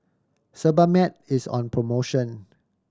Sebamed is on promotion